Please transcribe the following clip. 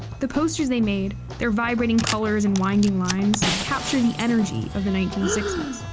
the posters they made their vibrating colors and winding lines capture the energy of the nineteen sixty s.